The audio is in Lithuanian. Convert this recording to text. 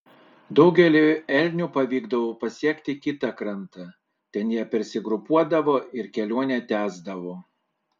daugeliui elnių pavykdavo pasiekti kitą krantą ten jie persigrupuodavo ir kelionę tęsdavo